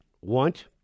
want